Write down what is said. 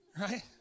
Right